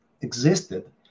existed